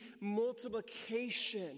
multiplication